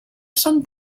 son